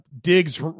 Diggs